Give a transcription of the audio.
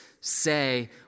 say